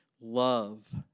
love